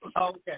okay